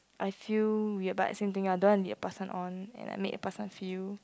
I feel weird but same thing I don't want lead the person on and like make the person feel